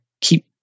keep